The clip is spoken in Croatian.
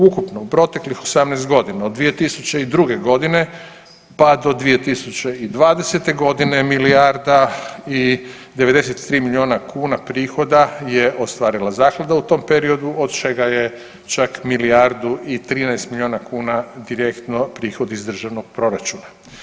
Ukupno u proteklih 18.g. od 2002.g., pa do 2020.g. milijarda i 93 milijuna kuna prihoda je ostvarila zaklada u tom periodu, od čega je čak milijardu i 13 milijuna kuna direktno prihod iz državnog proračuna.